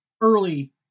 early